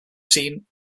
scene